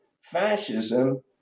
fascism